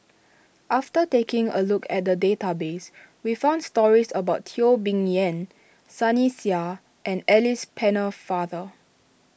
after taking a look at the database we found stories about Teo Bee Yen Sunny Sia and Alice Pennefather